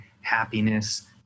happiness